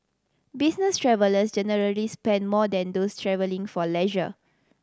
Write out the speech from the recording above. business travellers generally spend more than those travelling for leisure